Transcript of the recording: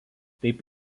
taip